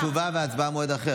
אז גם תשובה והצבעה במועד אחר.